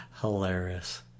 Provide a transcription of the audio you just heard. hilarious